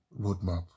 roadmap